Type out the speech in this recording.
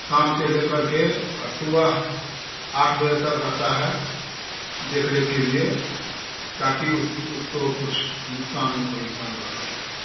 शाम से ले कर के और सुबह आठ बजे तक रहता है देख रेख के लिए ताकि उस उसको कुछ नुक़सान ना कोई जानवर कर सके